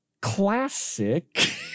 classic